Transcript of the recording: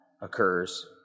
occurs